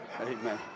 Amen